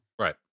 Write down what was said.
Right